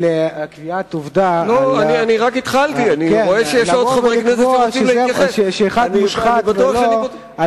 ולקביעת עובדה שאחד מושחת או לא,